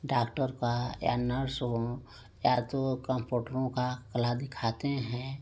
doctor बा या nurse हो या तो कंपाउंडरों का कला दिखाते हैं